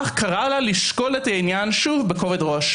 אך קרא לה לשקול את העניין שוב בכובד ראש.